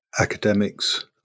academics